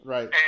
Right